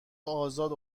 ازاد